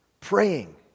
praying